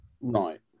Right